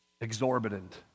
exorbitant